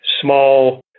small